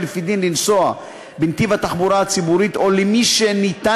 לפי דין לנסוע בנתיב התחבורה הציבורית או למי שניתן